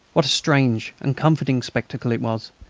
what a strange and comforting spectacle it was!